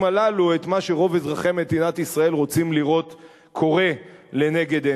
הללו את מה שרוב אזרחי מדינת ישראל רוצים לראות קורה לנגד עינינו.